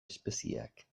espezieak